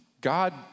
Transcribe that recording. God